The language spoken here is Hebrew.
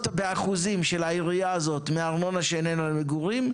באחוזים של העירייה הזו מארנונה שאיננה למגורים.